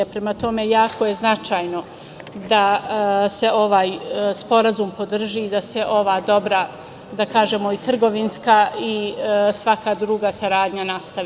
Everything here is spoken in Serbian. Prema tome, jako je značajno da se ovaj Sporazum podrži, da se ova dobra i trgovinska i svaka druga saradnja nastavi.